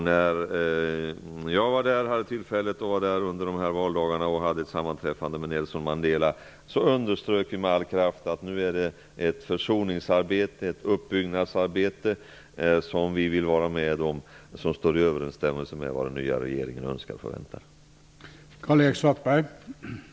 När jag hade tillfälle att vara i Sydafrika under valdagarna och hade ett sammanträffande med Nelson Mandela underströks med all kraft att det nu är fråga om ett försonings och uppbyggnadsarbete som vi vill vara med om och som står i överensstämmelse med vad den nya regeringen önskar och förväntar sig.